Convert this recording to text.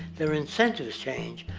their incentives change.